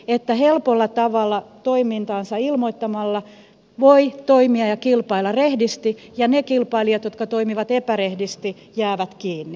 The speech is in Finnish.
että helpolla tavalla toimintansa ilmoittamalla voi toimia ja kilpailla rehdisti ja ne kilpailijat jotka toimivat epärehdisti jäävät kiinni